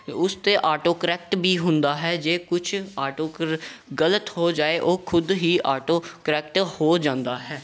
ਉਸ 'ਤੇ auto correct ਵੀ ਹੁੰਦਾ ਹੈ ਜੇ ਕੁਛ ਆਟੋ ਕਰ ਗਲਤ ਹੋ ਜਾਏ ਉਹ ਖੁਦ ਹੀ ਆਟੋ ਕਰੈਕਟ ਹੋ ਜਾਂਦਾ ਹੈ